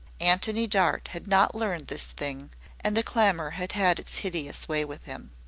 antony dart had not learned this thing and the clamor had had its hideous way with him.